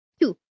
Two